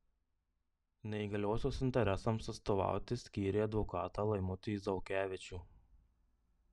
neįgaliosios interesams atstovauti skyrė advokatą laimutį zaukevičių